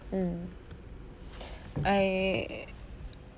mm I